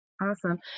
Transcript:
Awesome